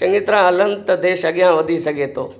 चङी तरह हलनि त देशु अॻियां वधी सघे थो